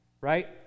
Right